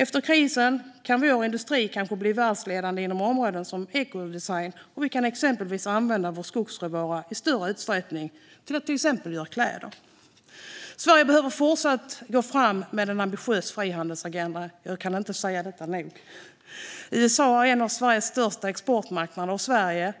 Efter krisen kan vår industri kanske bli världsledande inom områden som ekodesign, och vi kan exempelvis använda vår skogsråvara i större utsträckning - till exempel till att göra kläder. Sverige behöver fortsätta att gå fram med en ambitiös frihandelsagenda; jag kan inte säga det nog. USA är en av Sveriges största exportmarknader, och Sverige